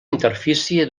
interfície